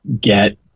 get